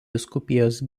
vyskupijos